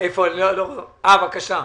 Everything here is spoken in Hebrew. מאלעד.